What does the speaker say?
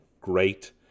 great